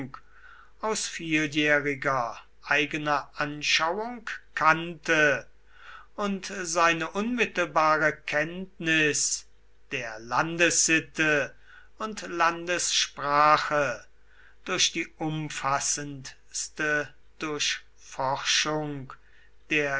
aus vieljähriger eigener anschauung kannte und seine unmittelbare kenntnis der landessitte und landessprache durch die umfassendste durchforschung der